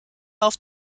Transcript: auf